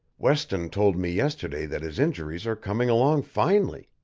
weston told me yesterday that his injuries are coming along finely.